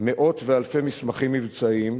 מאות ואלפי מסמכים מבצעיים,